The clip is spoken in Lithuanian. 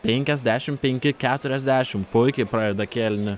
penkiasdešimt penki keturiasdešimt puikiai pradeda kėlinį